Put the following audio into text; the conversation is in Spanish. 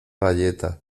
galleta